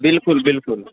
बिल्कुल बिल्कुल